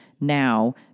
now